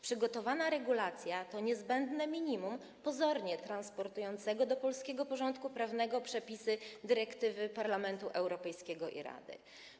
Przygotowana regulacja jest niezbędnym minimum pozornie transponującym do polskiego porządku prawnego przepisy dyrektywy Parlamentu Europejskiego i Rady.